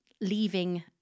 leaving